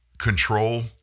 control